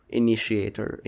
initiator